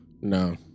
No